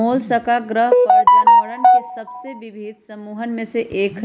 Mollusca ग्रह पर जानवरवन के सबसे विविध समूहन में से एक हई